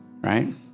right